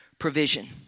Provision